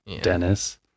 Dennis